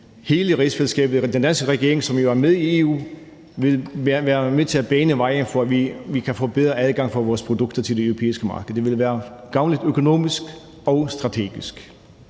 meget vigtigt, og jeg håber, at den danske regering, som jo er med i EU, vil være med til at bane vejen for, at vi kan få bedre adgang for vores produkter til det europæiske marked. Det ville være gavnligt økonomisk og strategisk.